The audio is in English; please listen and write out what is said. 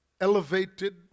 elevated